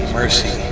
mercy